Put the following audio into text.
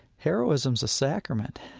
heroism's a sacrament.